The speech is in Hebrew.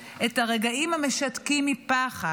את הרגעים המשתקים מפחד,